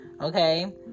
okay